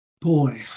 Boy